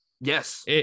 Yes